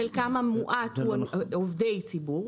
חלקם המועט הוא עובדי ציבור.